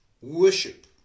worship